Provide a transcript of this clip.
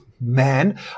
Man